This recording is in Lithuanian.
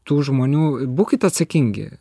tų žmonių būkit atsakingi